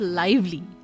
lively